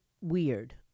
weird